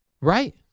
Right